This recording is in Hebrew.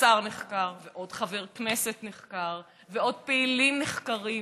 שר נחקר ועוד חבר כנסת נחקר ועוד פעילים נחקרים,